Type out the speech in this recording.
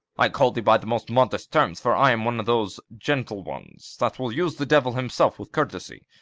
i call thee by the most modest terms for i am one of those gentle ones that will use the devil himself with courtesy.